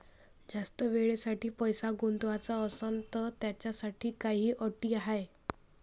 जास्त वेळेसाठी पैसा गुंतवाचा असनं त त्याच्यासाठी काही अटी हाय?